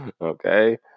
Okay